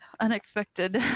Unexpected